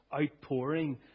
outpouring